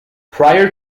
prior